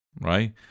right